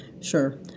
Sure